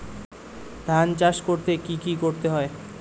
ধান চাষ করতে কি কি করতে হয়?